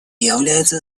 является